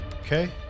Okay